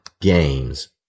games